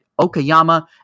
Okayama